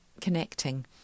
connecting